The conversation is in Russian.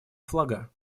флага